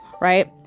right